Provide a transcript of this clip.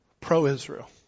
pro-Israel